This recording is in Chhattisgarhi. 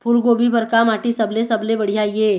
फूलगोभी बर का माटी सबले सबले बढ़िया ये?